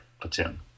platoon